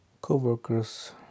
co-workers